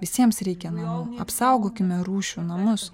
visiems reikia namų apsaugokime rūšių namus